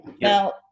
Now